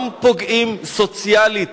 גם פוגעים סוציאלית